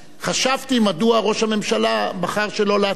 חשבתי מדוע ראש הממשלה בחר שלא להציג.